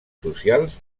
socials